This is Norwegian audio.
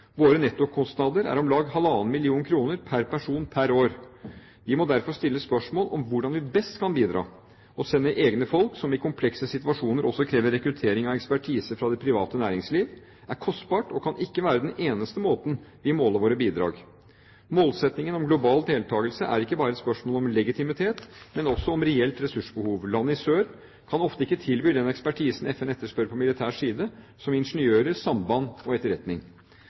Våre nettokostnader er om lag 1,5 mill. kr pr. person pr. år. Vi må derfor stille spørsmål om hvordan vi best kan bidra. Å sende egne folk – som i komplekse situasjoner også krever rekruttering av ekspertise fra det private næringsliv – er kostbart og kan ikke være den eneste måten vi måler våre bidrag på. Målsettingen om global deltakelse er ikke bare et spørsmål om legitimitet, men også om reelt ressursbehov. Land i sør kan ofte ikke tilby den ekspertisen FN etterspør på militær side, som ingeniører, samband og etterretning.